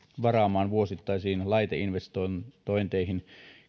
varaamaan vuosittaisiin laiteinvestointeihin